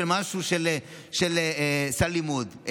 משהו של סל לימוד,